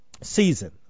season